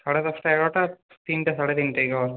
সাড়ে দশটা এগারোটা তিনটে সাড়ে তিনটেয় ঘর